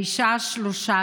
האישה ה-13